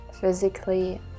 physically